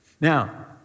Now